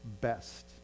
best